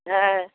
হ্যাঁ